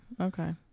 okay